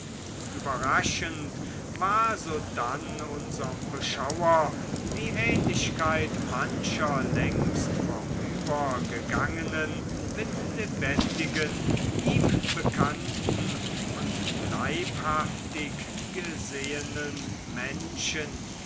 überraschend war sodann unserm beschauer die ähnlichkeit mancher längst vorübergegangenen mit lebendigen ihm bekannten und leibhaftig gesehenen menschen